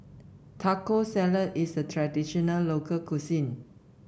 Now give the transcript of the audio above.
Taco Salad is a traditional local cuisine